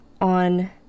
on